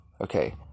Okay